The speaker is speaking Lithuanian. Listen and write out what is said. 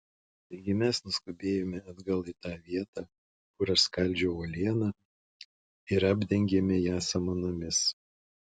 taigi mes nuskubėjome atgal į tą vietą kur aš skaldžiau uolieną ir apdengėme ją samanomis